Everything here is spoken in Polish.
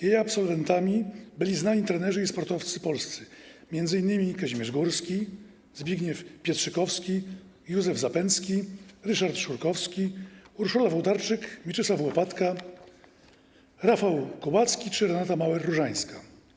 Jej absolwentami byli znani trenerzy i sportowcy polscy, m.in. Kazimierz Górski, Zbigniew Pietrzykowski, Józef Zapędzki, Ryszard Szurkowski, Urszula Włodarczyk, Mieczysław Łopatka, Rafał Kubacki czy Renata Mauer-Różańska.